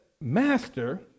Master